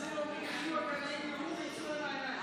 על זה אומרים: ימותו הקנאים ויצאו להם העיניים.